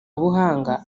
buhanga